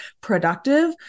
productive